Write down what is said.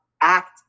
act